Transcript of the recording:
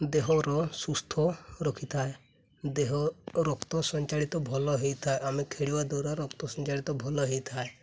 ଦେହର ସୁସ୍ଥ ରଖିଥାଏ ଦେହ ରକ୍ତ ସଞ୍ଚାଳିତ ଭଲ ହେଇଥାଏ ଆମେ ଖେଳିବା ଦ୍ୱାରା ରକ୍ତ ସଞ୍ଚାଳିତ ଭଲ ହେଇଥାଏ